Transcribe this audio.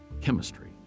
chemistry